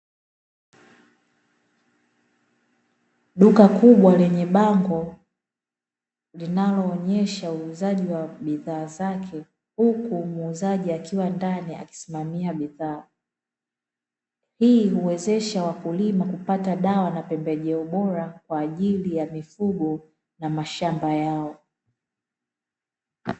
Duka kubwa lenye bango linaloonyesha uuzaji wa bidhaa zake huku muuzaji akiwa ndani akisimamia bidhaa. Hii huwezesha wakulima kupata dawa na pembejeo bora kwa ajili ya mifugo na mashamba yao.